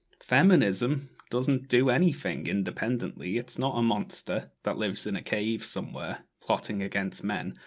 feminism doesn't do anything independently. it's not a monster, that lives in a cave somewhere, plotting against men.